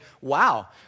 wow